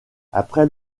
après